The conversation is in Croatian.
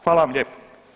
Hvala vam lijepo.